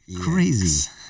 crazy